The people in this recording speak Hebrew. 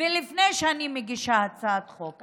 ולפני שאני מגישה הצעת חוק.